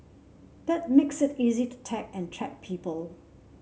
that makes it easy to tag and track people